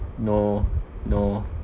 no no